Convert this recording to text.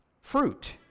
fruit